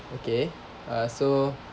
okay uh so